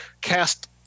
cast